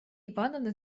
ивановна